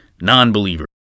non-believer